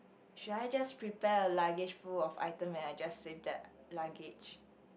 should I just prepare a luggage full of item and I just save that luggage